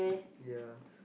ya